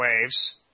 waves